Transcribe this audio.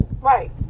Right